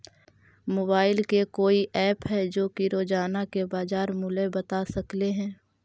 Mobile के कोइ app है जो कि रोजाना के बाजार मुलय बता सकले हे?